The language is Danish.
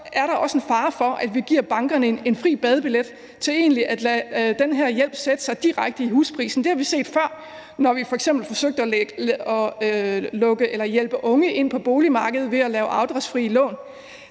er en fare for, at vi giver bankerne en fri badebillet til at lade den her hjælp sætte sig direkte i husprisen. Det har vi set før, når vi f.eks. har forsøgt at hjælpe unge ind på boligmarkedet ved at lave afdragsfrie lån.